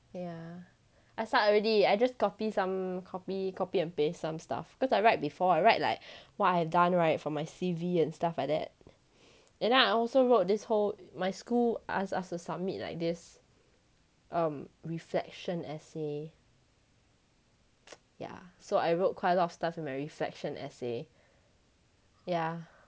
yeah I start already I just copy some copy copy and paste some stuff cause I write before I write like what I have done right for my C_V and stuff like that and then I also wrote this whole my school ask us to submit like this um reflection essay yeah so I wrote quite a lot of stuff in my reflection essay yeah